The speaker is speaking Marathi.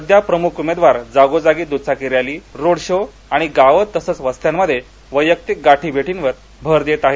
सध्या प्रमुख उमेदवार जागोजागी दुचाकी रॅली रोड शो आणि गावे तसंच वस्त्यांमध्ये वयक्तिक गाठीभेटींवर भर देत आहेत